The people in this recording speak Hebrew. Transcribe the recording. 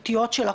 אבל הרבה מחכים,